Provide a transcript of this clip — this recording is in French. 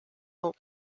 ans